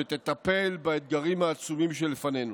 שתטפל באתגרים העצומים שלפנינו.